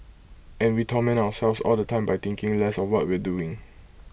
and we torment ourselves all the time by thinking less of what we're doing